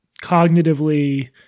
cognitively